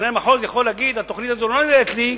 מתכנן המחוז יכול להגיד: התוכנית הזאת לא נראית לי,